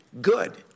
good